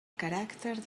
caràcter